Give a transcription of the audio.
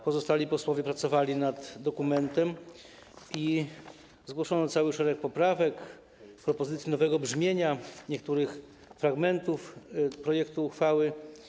Pozostali posłowie pracowali nad dokumentem i zgłoszono szereg poprawek i propozycji nowego brzmienia niektórych fragmentów projektu uchwały.